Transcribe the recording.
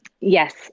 Yes